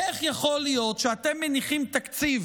איך יכול להיות שאתם מניחים תקציב